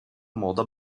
moda